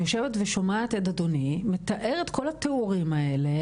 אני יושבת ושומעת את אדוני מתאר את כל התיאורים האלה,